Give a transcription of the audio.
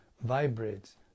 vibrates